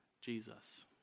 Jesus